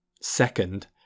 Second